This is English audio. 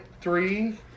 three